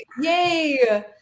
yay